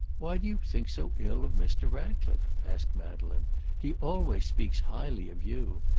why do you think so ill of mr. ratcliffe? asked madeleine he always speaks highly of you.